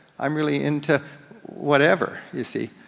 i'm really into whatever, you see.